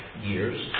years